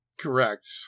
Correct